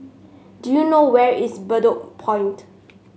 do you know where is Bedok Point